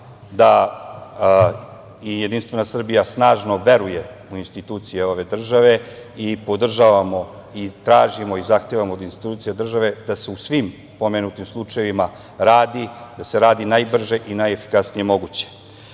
da i JS snažno veruje u institucije ove države i podržavamo i tražimo i zahtevamo od institucija ove države da se u svim pomenutim slučajevima radi najbrže i najefikasnije moguće. Takođe